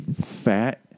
fat